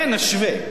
לכן, נשווה.